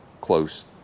close